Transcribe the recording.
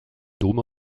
dôme